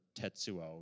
Tetsuo